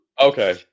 Okay